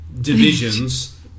divisions